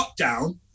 lockdown